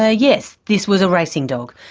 ah yes, this was a racing dog.